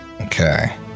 Okay